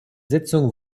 sitzung